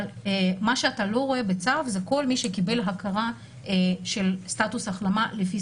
מה שאתה לא רואה בצו זה כל מי שקיבל הכרה של סטטוס החלמה לפי